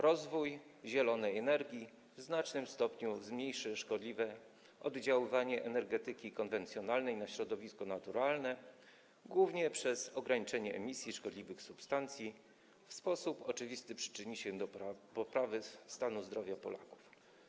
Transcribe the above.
Rozwój zielonej energii w znacznym stopniu zmniejszy szkodliwe oddziaływanie energetyki konwencjonalnej na środowisko naturalne, głównie przez ograniczenie emisji szkodliwych substancji, co w sposób oczywisty przyczyni się do poprawy stanu zdrowia Polaków.